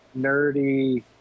nerdy